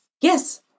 Yes